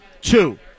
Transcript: Two